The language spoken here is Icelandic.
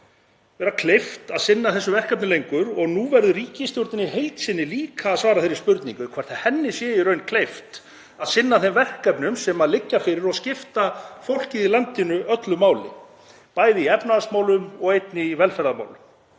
vera kleift að sinna þessu verkefni lengur og nú verður ríkisstjórnin í heild sinni líka að svara þeirri spurningu hvort henni sé í raun kleift að sinna þeim verkefnum sem liggja fyrir og skipta fólkið í landinu öllu máli, bæði í efnahagsmálum og einnig í velferðarmálum.